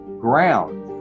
ground